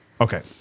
Okay